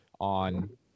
on